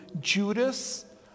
Judas